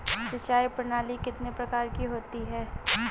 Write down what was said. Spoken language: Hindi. सिंचाई प्रणाली कितने प्रकार की होती है?